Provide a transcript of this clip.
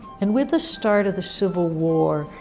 and with the start of the civil war,